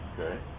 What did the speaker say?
Okay